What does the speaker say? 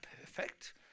perfect